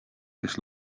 kes